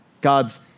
God's